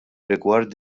rigward